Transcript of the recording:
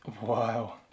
Wow